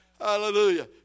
Hallelujah